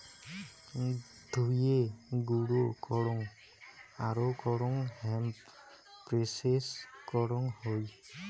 ধুয়ে, গুঁড়ো করং আরো করং হেম্প প্রেসেস করং হই